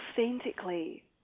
authentically